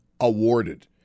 awarded